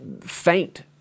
faint